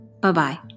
Bye-bye